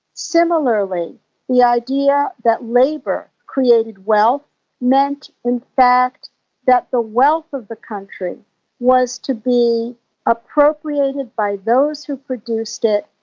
similarly the idea that labour created wealth meant in fact that the wealth of the country was to be appropriated by those who produced it,